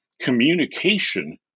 communication